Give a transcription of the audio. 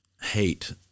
hate